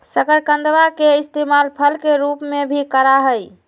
शकरकंदवा के इस्तेमाल फल के रूप में भी करा हई